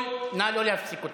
אבוטבול, נא לא להפסיק אותה.